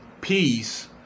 peace